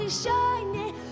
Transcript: shining